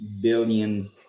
billion